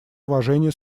уважение